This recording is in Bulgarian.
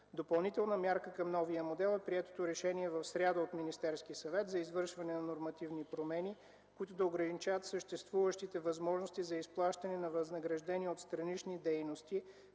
Допълнителна мярка към новия модел е приетото решение в сряда от Министерския съвет за извършване на нормативни промени, които да ограничават съществуващите възможности за изплащане на възнаграждения от странични дейности,